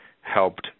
helped